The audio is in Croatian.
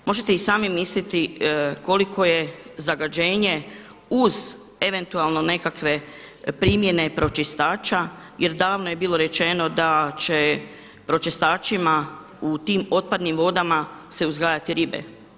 Možete i sami misliti koliko je zagađenje uz eventualno nekakve primjene pročistača jer davno je bilo rečeno da će pročistačima u tim otpadnim vodama se uzgajati ribe.